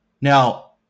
Now